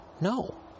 No